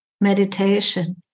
meditation